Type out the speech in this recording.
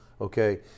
Okay